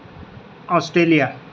Australia